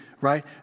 right